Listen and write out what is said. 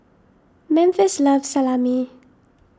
Memphis loves Salami